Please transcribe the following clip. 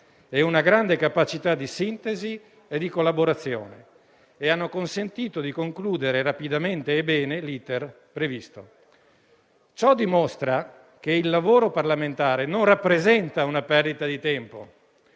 e una grande capacità di sintesi e di collaborazione e hanno consentito di concludere rapidamente e bene l'*iter* previsto. Ciò dimostra che il lavoro parlamentare non rappresenta una perdita di tempo